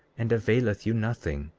and availeth you nothing,